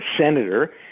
senator